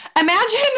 imagine